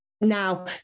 now